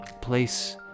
place